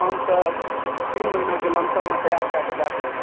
हम तऽ तीन महिनाके लमसममे तैआर कै कऽ दऽ देब